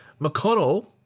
McConnell